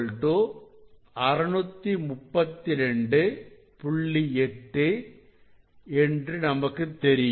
8 நமக்குத் தெரியும்